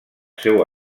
seu